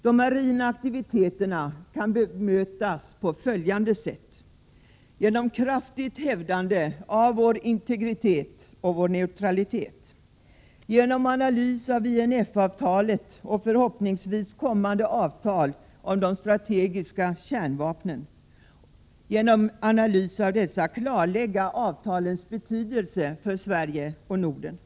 De marina aktiviteterna kan bemötas på följande sätt: 1. Genom kraftigt hävdande av vår integritet och vår neutralitet. 2. Genom analys av INF-avtalet och ett förhoppningsvis kommande avtal om de strategiska kärnvapnen för att få till stånd ett klarläggande av avtalens betydelse för Sverige och Norden. 3.